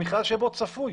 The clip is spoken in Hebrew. במכרז שבו צפוי.